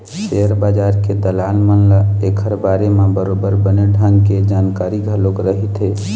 share बजार के दलाल मन ल ऐखर बारे म बरोबर बने ढंग के जानकारी घलोक रहिथे